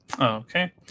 Okay